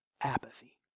apathy